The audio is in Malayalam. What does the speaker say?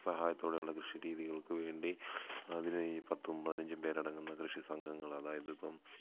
സഹായത്തോടെയുള്ള കൃഷി രീതികൾക്കുവേണ്ടി അതിന് ഈ പത്തും പതിനഞ്ചും പേരടങ്ങുന്ന കൃഷി സംഘങ്ങൾ അതായത് ഇപ്പം